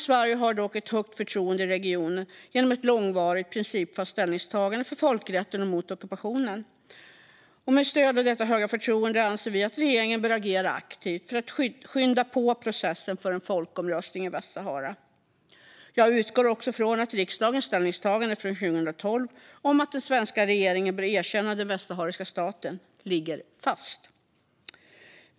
Sverige har dock ett högt förtroende i regionen genom ett långvarigt och principfast ställningstagande för folkrätten och mot ockupationen. Med stöd av detta höga förtroende anser vi att regeringen bör agera aktivt för att skynda på processen för en folkomröstning i Västsahara. Jag utgår också från att riksdagens ställningstagande från 2012 om att den svenska regeringen bör erkänna den västsahariska staten ligger fast.